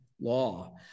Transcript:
law